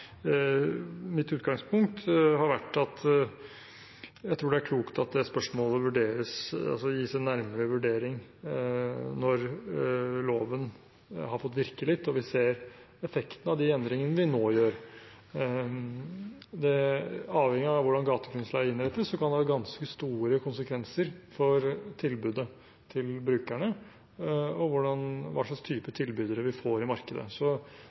Mitt utgangspunkt har vært at jeg tror det er klokt at spørsmålet gis en nærmere vurdering når loven har fått virke litt og vi ser effekten av de endringene vi nå gjør. Det avhenger av hvordan gategrunnsleie innrettes. Det kan ha ganske store konsekvenser for tilbudet til brukerne og hva slags type tilbydere vi får i markedet.